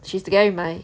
she's together with my